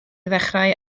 ddechrau